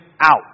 out